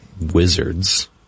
wizards